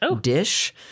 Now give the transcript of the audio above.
dish